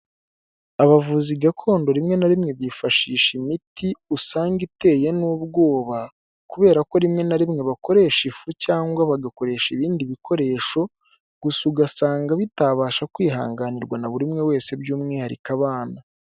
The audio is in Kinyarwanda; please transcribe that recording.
Abavuzi Gakondo rimwe na rimwe bifashisha imiti usanga iteye n'ubwoba kubera ko rimwe na rimwe bakoresha ifu cyangwa bagakoresha ibindi bikoresho, gusa ugasanga bitabasha kwihanganirwa na buri umwe wese by'umwihariko abana.